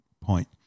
point